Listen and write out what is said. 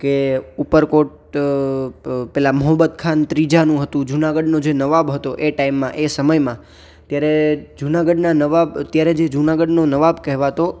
કે ઉપરકોટ પહેલાં મોહબ્બત ખાન ત્રીજાનું હતું જુનાગઢનો જે નવાબ હતો એ ટાઈમમાં એ સમયમાં ત્યારે જુનાગઢના નવાબ અત્યારે જે જુનાગઢનો નવાબ કહેવાતો